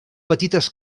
petites